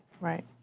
right